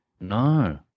no